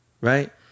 Right